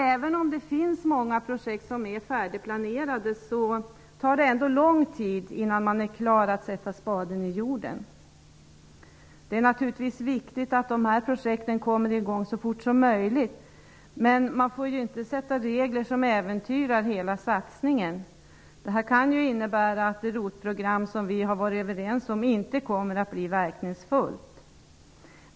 Även om det finns många projekt som är färdigplanerade, tar det ändå lång tid innan man är klar att sätta spaden i jorden. Det är naturligtvis viktigt att detta projekt kommer i gång så fort som möjligt, men man kan inte ha regler som äventyrar hela satsningen. Detta kan innebära att det ROT-program som vi har varit överens om inte kommer att kunna bli verkningsfullt.